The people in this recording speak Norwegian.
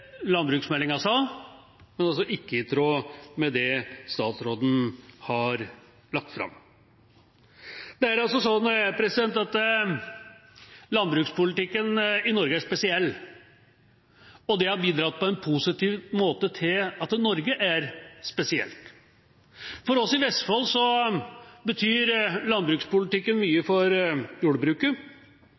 landbruksmeldinga sa, men altså ikke i tråd med det statsråden har lagt fram. Det er altså sånn at landbrukspolitikken i Norge er spesiell, og det har bidratt på en positiv måte til at Norge er spesielt. For oss i Vestfold betyr landbrukspolitikken mye for jordbruket,